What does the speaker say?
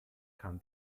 kann